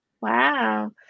Wow